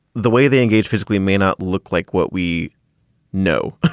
the way they engage physically may not look like what we know.